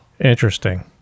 Interesting